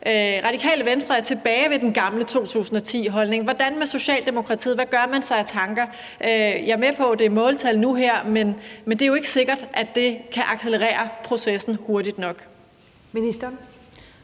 Radikale Venstre er tilbage ved den gamle 2010-holdning, men hvordan er det med Socialdemokratiet? Hvad gør man sig af tanker? Jeg er med på, at det drejer sig om måltal nu her, men det er jo ikke sikkert, at det kan accelerere processen hurtigt nok. Kl.